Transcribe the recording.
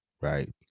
right